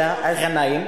אלא ע'נאים.